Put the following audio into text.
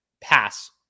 pass